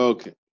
Okay